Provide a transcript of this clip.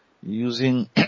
using